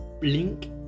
link